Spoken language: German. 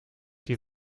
die